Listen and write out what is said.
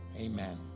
Amen